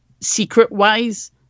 secret-wise